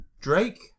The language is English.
Drake